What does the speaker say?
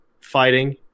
fighting